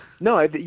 No